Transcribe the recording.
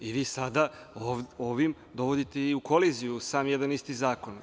I vi sada ovim dovodite i u koliziju sam jedan isti zakon.